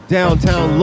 Downtown